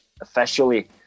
officially